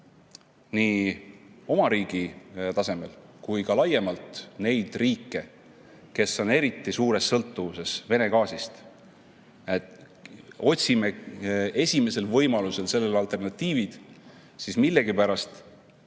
nii oma riigi tasemel kui ka laiemalt neid riike, kes on eriti suures sõltuvuses Vene gaasist, et otsime esimesel võimalusel sellele alternatiivid, siis millegipärast